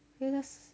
ya let's